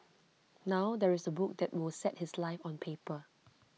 now there is A book that will set his life on paper